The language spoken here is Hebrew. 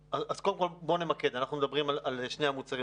בוא ונמקד: אנחנו מדברים של שני המוצרים